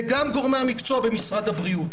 וגם גורמי המקצוע במשרד הבריאות.